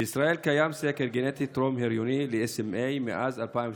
בישראל קיים סקר גנטי טרום-הריוני ל-SMA מאז 2013,